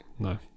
No